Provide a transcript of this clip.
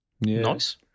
nice